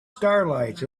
starlight